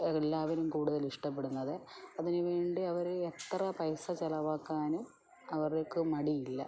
എല്ലാവരും കൂടുതൽ ഇഷ്ടപ്പെടുന്നത് അതിന് വേണ്ടി അവർ എത്ര പൈസ ചിലവാക്കാനും അവർക്ക് മടിയില്ല